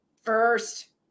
First